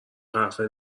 قهوه